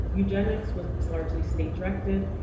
eugenics was largely state-directed,